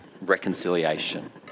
reconciliation